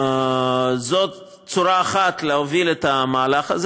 זאת צורה אחת להוביל את המהלך הזה.